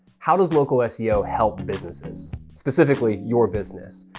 how does local ah seo help businesses, specifically your business?